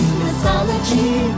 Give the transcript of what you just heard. mythology